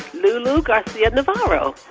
lulu garcia-navarro.